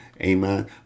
Amen